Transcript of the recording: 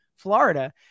florida